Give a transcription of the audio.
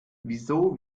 wieso